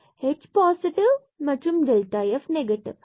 எனவே h positive மற்றும் Δf negative